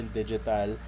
digital